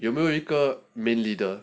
有没有一个 main leader